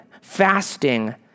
fasting